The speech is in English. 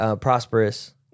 prosperous